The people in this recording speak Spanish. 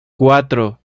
cuatro